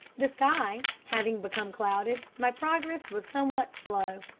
the sky having become clouded my progress was somewhat slow.